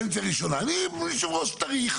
אני יושב-ראש טרי,